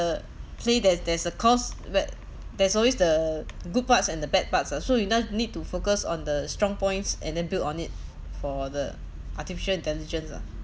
play there there's a cost where there's always the good parts and the bad parts ah so you now need to focus on the strong points and then build on it for the artificial intelligence lah